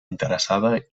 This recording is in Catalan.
interessada